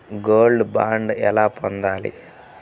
Gold bond ఎలా పొందాలి?